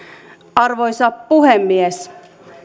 arvoisa puhemies